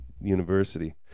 university